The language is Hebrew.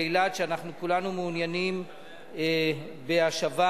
אדוני השר,